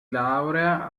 laurea